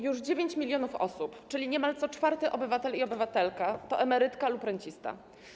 Już 9 mln osób, czyli niemal co czwarty obywatel i obywatelska, to emerytki lub renciści.